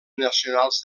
nacionals